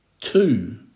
Two